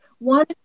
One